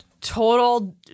total